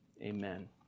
Amen